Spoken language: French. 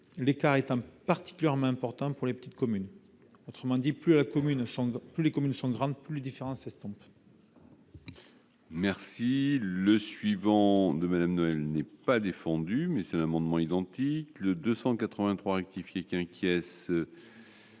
l'écart étant particulièrement important pour les plus petites communes. Plus les communes sont grandes, plus les différences s'estompent